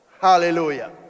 Hallelujah